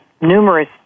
numerous